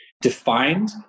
defined